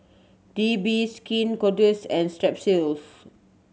B D Skin Ceuticals and Strepsils